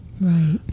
Right